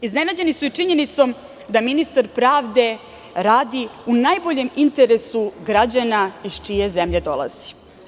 Iznenađeni su i činjenicom da ministar pravde radi u najboljem interesu građana iz čije zemlje dolazi.